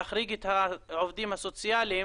להחריג את העובדים הסוציאליים.